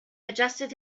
adjusted